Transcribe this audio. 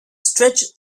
stretch